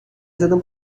زدم